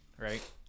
right